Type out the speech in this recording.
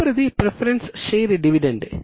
తదుపరిది preference share dividend